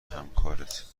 همکارت